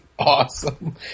Awesome